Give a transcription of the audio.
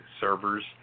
servers